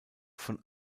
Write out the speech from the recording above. von